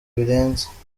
birenze